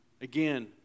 Again